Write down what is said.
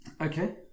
okay